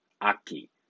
Aki